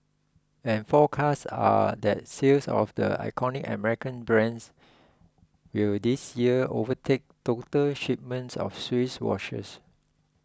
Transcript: and forecasts are that sales of the iconic American brands will this year overtake total shipments of Swiss watches